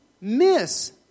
miss